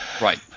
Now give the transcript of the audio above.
Right